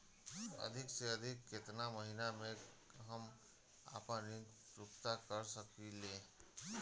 अधिक से अधिक केतना महीना में हम आपन ऋण चुकता कर सकी ले?